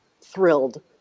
thrilled